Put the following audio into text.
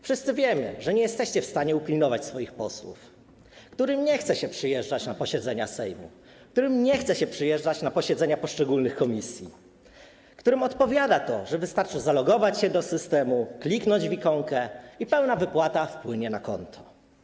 Wszyscy wiemy, że nie jesteście w stanie upilnować swoich posłów, którym nie chce się przyjeżdżać na posiedzenia Sejmu, którym nie chce się przyjeżdżać na posiedzenia poszczególnych komisji, którym odpowiada to, że wystarczy zalogować się do systemu, kliknąć w ikonkę i pełna wypłata wpłynie na konto.